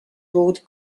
gold